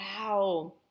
Wow